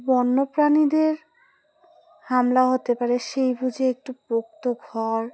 বন্যপ্রাণীদের হামলা হতে পারে সেই বুঝে একটু পোক্ত ঘর